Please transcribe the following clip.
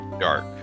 dark